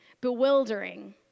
bewildering